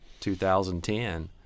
2010